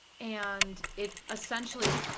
and it essentially,